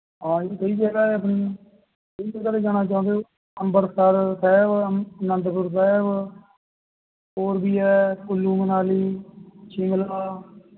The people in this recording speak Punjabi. ਹਾਂਜੀ ਕਈ ਜਗ੍ਹਾ ਹੈ ਆਪਣੀ ਕਿਹੜੀ ਜਗ੍ਹਾ 'ਤੇ ਜਾਣਾ ਚਾਹੁਦੇ ਹੋ ਅੰਬਰਸਰ ਸਾਹਿਬ ਅੰਮ ਅਨੰਦਪੁਰ ਸਾਹਿਬ ਹੋਰ ਵੀ ਹੈ ਕੁੱਲੂ ਮਨਾਲੀ ਸ਼ਿਮਲਾ